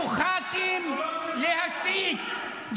ח"כים ימשיכו להסית,